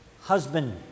husband